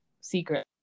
secret